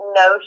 no